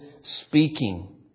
speaking